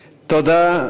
תודה.